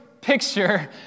picture